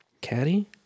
Caddy